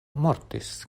mortis